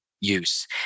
use